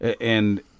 and-